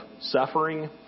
suffering